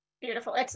Beautiful